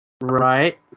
Right